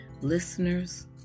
Listeners